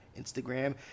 Instagram